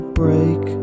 break